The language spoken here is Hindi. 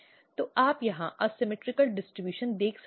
तो यहां आप असममित वितरण देख सकते हैं